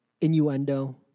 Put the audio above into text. Innuendo